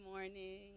Morning